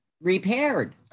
repaired